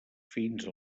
fins